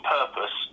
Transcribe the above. purpose